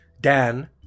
Dan